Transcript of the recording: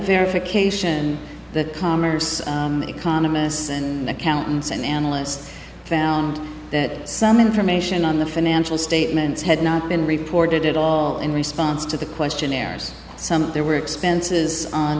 verification that commerce economists and accountants and analysts found that some information on the finance statements had not been reported at all in response to the questionnaires some there were expenses